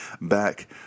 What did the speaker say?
back